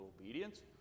obedience